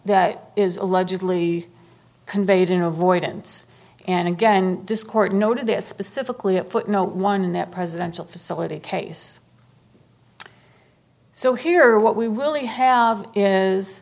that is allegedly conveyed in avoidance and again this court noted this specifically it put no one in that presidential facility case so here what we really have is